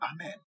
amen